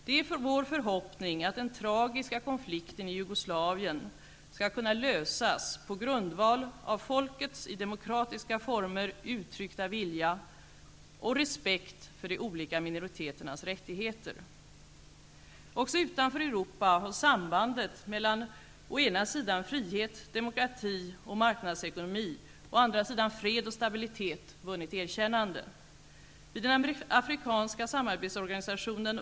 Det är vår förhoppning att den tragiska konflikten i Jugoslavien skall kunna lösas på grundval av folkets i demokratiska former uttryckta vilja och respekt för de olika minoriteternas rättigheter. Också utanför Europa har sambandet mellan å ena sidan frihet, demokrati och marknadsekonomi och å andra sidan fred och stabilitet vunnit erkännande.